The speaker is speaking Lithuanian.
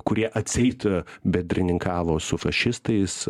kurie atseit bendrininkavo su fašistais